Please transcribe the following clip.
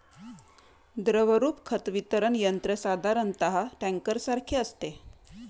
द्रवरूप खत वितरण यंत्र साधारणतः टँकरसारखे असते